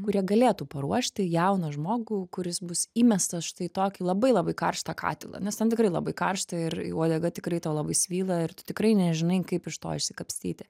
kurie galėtų paruošti jauną žmogų kuris bus įmestas štai tokį labai labai karštą katilą nes ten tikrai labai karšta ir uodega tikrai tau labai svyla ir tu tikrai nežinai kaip iš to išsikapstyti